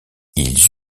ils